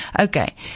Okay